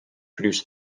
produced